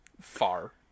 far